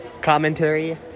commentary